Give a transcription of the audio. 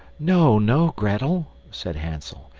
no, no, grettel, said hansel,